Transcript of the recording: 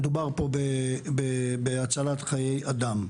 מדובר פה בהצלת חיי אדם,